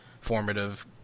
formative